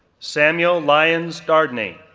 samuel lyons dardani,